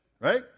right